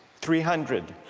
three hundred,